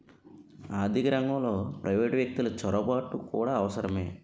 ఆర్థిక రంగంలో ప్రైవేటు వ్యక్తులు చొరబాటు కూడా అవసరమే